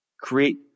Create